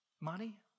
Money